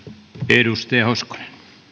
arvoisa herra puhemies todellakin tämä lainsäädäntö